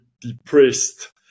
depressed